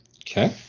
Okay